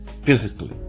physically